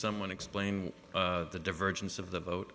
someone explain the divergence of the vote